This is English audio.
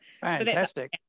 fantastic